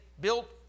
built